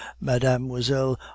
mademoiselle